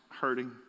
hurting